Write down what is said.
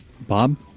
Bob